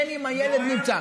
בין אם הילד נמצא,